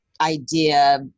idea